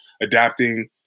adapting